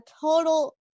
total